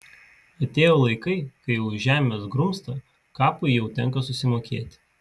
atėjo laikai kai už žemės grumstą kapui jau tenka susimokėti